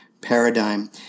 paradigm